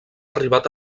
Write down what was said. arribat